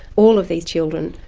all of these children,